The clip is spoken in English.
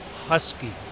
husky